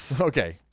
Okay